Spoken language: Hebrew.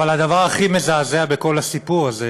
אבל הדבר הכי מזעזע בכל הסיפור הזה